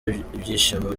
ibyishimo